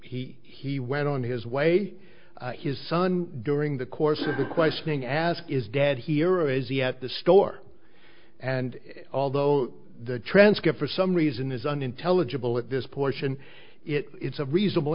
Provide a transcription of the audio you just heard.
he he went on his way his son during the course of the questioning asked is dad here is he at the store and although the transcript for some reason is unintelligible at this portion it's a reasonable